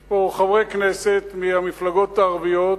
יש פה חברי כנסת מהמפלגות הערביות,